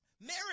Marriage